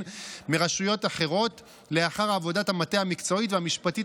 מרשויות אחרות לאחר עבודת המטה המקצועית והמשפטית,